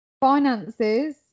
finances